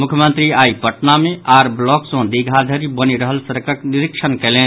मुख्यमंत्री आइ पटना मे आर ब्लॉक सॅ दीघा धरि बनि रहल सड़कक निरिक्षण कयलनि